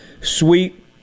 sweet